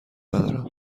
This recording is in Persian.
ندارم